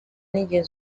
n’inzego